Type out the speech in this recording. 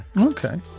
Okay